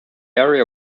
area